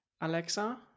Alexa